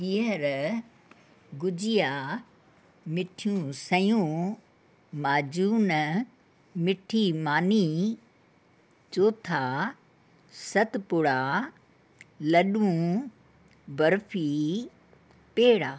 गिहरु गुजिया मिठियूं सयूं माजून मीठी मानी जौथा सतपुड़ा लॾूं बर्फी पेड़ा